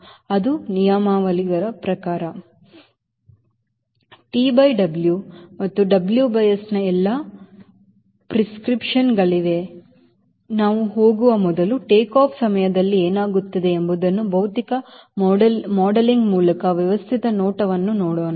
ಅದು ನಿಯಮಾವಳಿಗಳ ಪ್ರಕಾರ TW ಮತ್ತು WS ನ ಎಲ್ಲಾ ಪ್ರಿಸ್ಕ್ರಿಪ್ಷನ್ಗಳಿಗೆ ನಾವು ಹೋಗುವ ಮೊದಲು ಟೇಕ್ ಆಫ್ ಸಮಯದಲ್ಲಿ ಏನಾಗುತ್ತಿದೆ ಎಂಬುದನ್ನು ಭೌತಿಕ ಮಾಡೆಲಿಂಗ್ ಮೂಲಕ ವ್ಯವಸ್ಥಿತ ನೋಟವನ್ನು ನೋಡೋಣ